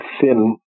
thin